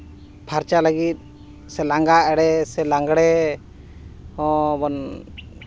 ᱯᱷᱟᱨᱪᱟ ᱞᱟᱹᱜᱤᱫ ᱞᱟᱸᱜᱟ ᱮᱲᱮ ᱥᱮ ᱞᱟᱜᱽᱬᱮ ᱦᱚᱸᱵᱚᱱ